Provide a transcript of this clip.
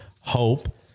hope